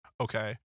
okay